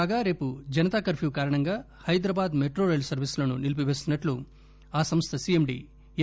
కాగా రేపు జనతా కర్ఫ్యూ కారణంగా హైదరాబాద్ మెట్రో రైలు సర్వీసులను నిలిపి పేస్తున్సట్లు సంస్ల సిఎండి ఎన్